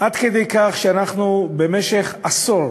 עד כדי כך שאנחנו במשך עשור